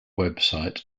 website